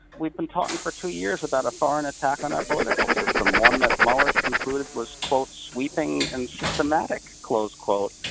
we've been talking for two years about a foreign attack on our political system, one that mueller concluded was quote sweeping and systematic, close-quote,